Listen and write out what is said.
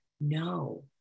no